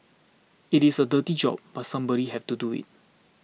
it is a dirty job but somebody have to do it